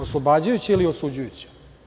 Oslobađajuća ili osuđujuća?